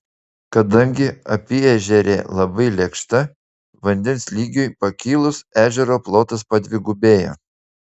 kadangi apyežerė labai lėkšta vandens lygiui pakilus ežero plotas padvigubėja